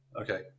Okay